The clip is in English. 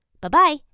Bye-bye